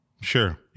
Sure